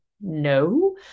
no